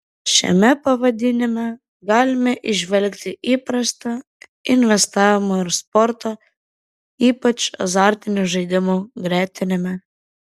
šiame pavadinime galima įžvelgti įprastą investavimo ir sporto ypač azartinių žaidimų gretinimą